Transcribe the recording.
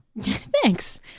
Thanks